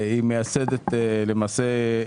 למעשה,